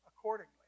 accordingly